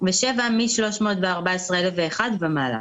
7 מ-314,001 ומעלה"